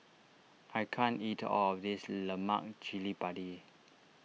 I can't eat all of this Lemak Cili Padi